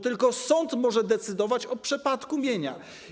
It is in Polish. Tylko sąd może decydować o przepadku mienia.